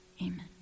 amen